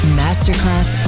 masterclass